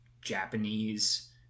Japanese